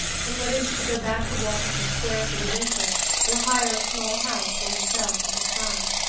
and whether he should go back to washington square for the winter or hire a small house for himself and his son.